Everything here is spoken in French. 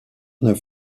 neuf